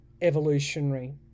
evolutionary